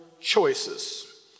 Choices